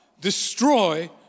Destroy